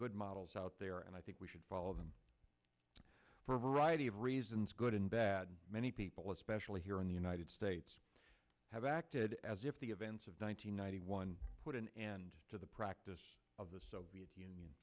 good models out there and i think we should follow them for a variety of reasons good and bad many people especially here in the united states have acted as if the events of one nine hundred ninety one put an end to the practice of the soviet union